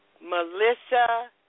Melissa